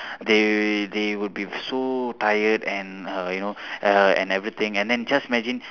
they they would be so tired and uh you know uh and everything and then just imagine